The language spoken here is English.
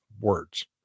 words